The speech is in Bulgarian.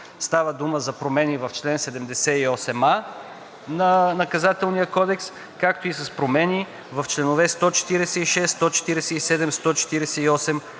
Става дума за промени в чл. 78а на Наказателния кодекс, както и с промени в членове 146, 147 и 148